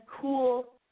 cool